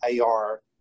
AR